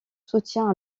soutien